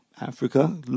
Africa